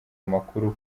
amakuru